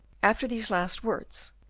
after these last words,